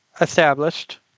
established